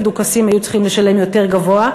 ודוכסים היו צריכים לשלם מס יותר גבוה,